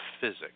physics